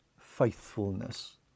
faithfulness